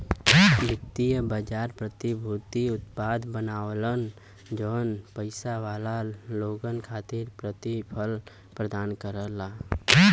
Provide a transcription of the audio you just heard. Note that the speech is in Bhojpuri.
वित्तीय बाजार प्रतिभूति उत्पाद बनावलन जौन पइसा वाला लोगन खातिर प्रतिफल प्रदान करला